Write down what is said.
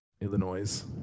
illinois